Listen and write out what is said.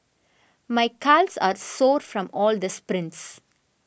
my calves are sore from all the sprints